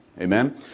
Amen